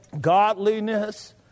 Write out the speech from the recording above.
Godliness